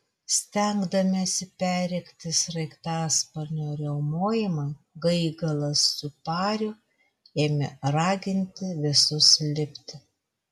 stengdamiesi perrėkti sraigtasparnio riaumojimą gaigalas su pariu ėmė raginti visus lipti